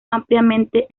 ampliamente